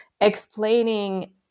explaining